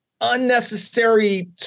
unnecessary